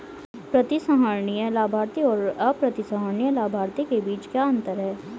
प्रतिसंहरणीय लाभार्थी और अप्रतिसंहरणीय लाभार्थी के बीच क्या अंतर है?